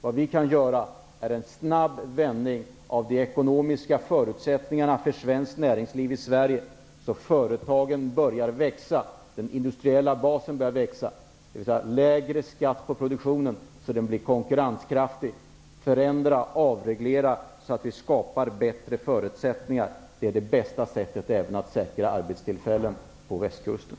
Vad vi kan åstadkomma är en snabb vändning av de ekonomiska förutsättningarna för svenskt näringsliv i Sverige, så att den industriella basen börjar växa. Det kan ske genom lägre skatt på produktionen, så att den blir konkurrenskraftig, genom förändring och avreglering. Det är även det bästa sättet att säkra arbetstillfällen på västkusten.